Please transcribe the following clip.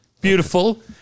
Beautiful